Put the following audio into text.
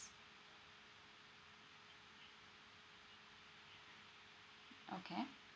okay